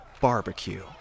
Barbecue